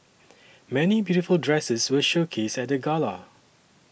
many beautiful dresses were showcased at the gala